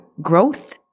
growth